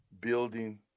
building